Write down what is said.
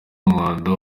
umwanda